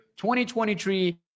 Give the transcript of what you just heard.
2023